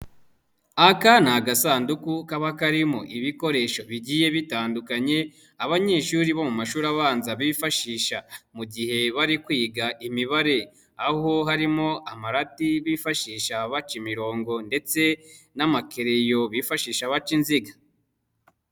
Aka ni agasanduku kaba karimo ibikoresho bigiye bitandukanye, abanyeshuri bo mu mashuri abanza bifashisha mu gihe bari kwiga imibare, aho harimo amarati bifashisha baca imirongo ndetse n'amakereyo bifashisha baca inziga.